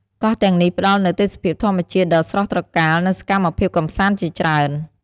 កោះទាំងនេះផ្តល់នូវទេសភាពធម្មជាតិដ៏ស្រស់ត្រកាល និងសកម្មភាពកម្សាន្តជាច្រើន។